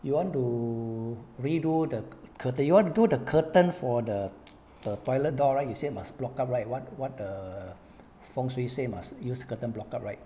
you want to oo redo the curtain you want to do the curtain for the the toilet door right you said must block up right what what the 风水 say must use a curtain block out right